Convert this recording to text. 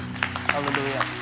hallelujah